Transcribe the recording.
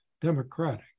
democratic